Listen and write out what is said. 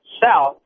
south